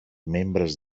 membres